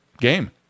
game